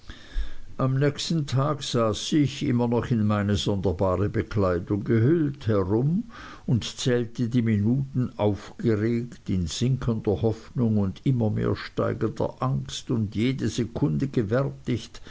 am nächsten tag saß ich immer noch in meine sonderbare bekleidung gehüllt herum und zählte die minuten aufgeregt in sinkender hoffnung und immer mehr steigender angst und jede sekunde gewärtig